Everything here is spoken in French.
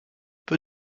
peu